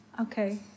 Okay